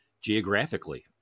geographically